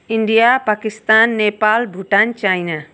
India Pakistan Nepal Bhutan China